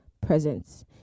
presence